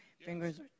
fingers